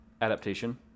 adaptation